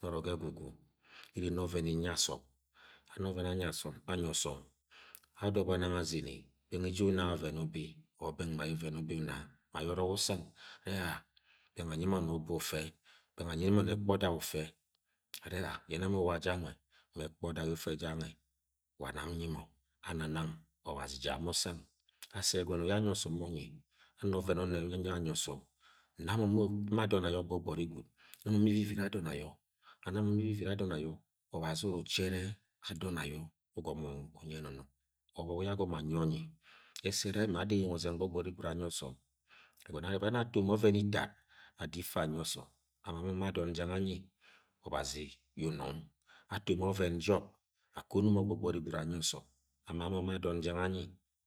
Nono ga egwu gwu iri ina oven inyi asom ama oven anyi asọm anyi ọsom adobe nang azene beng eje uma yẹ ọven ubi or beng uma ye aven ubi uma ma ye orok usang-o-era beng anyi mọni uba ufe beng anyimoni ekpe oday ufe are da yene mọ uwa janwe wa ekpe udag ye ufe janwe wa name nyi mọ anang abazi ja mọ usang asi egono ye anyi osom onyi ama ọven onme anyi osom namo-mo-ma adom ayo gbogbori gwud, na mo uciviri adon ayo ana mọ mi uciviri adon ayo obazi umu uchere adon ayo ugomo uye enonong obok ye agome anyi onyi ese re ma ada eyeng ozeng gbogbori gwud anyi osom ebani ye ato ma oven itat ada ifa anyi osom ama mo ma adon jang anyi obazi ye unung, ato ma oven job akono mo gbogbori gwud anyi osom ama mọ ma adọn jang anyi